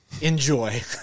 enjoy